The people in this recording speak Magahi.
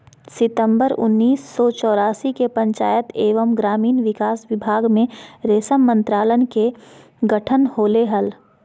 सितंबर उन्नीस सो चौरासी के पंचायत एवम ग्रामीण विकास विभाग मे रेशम मंत्रालय के गठन होले हल,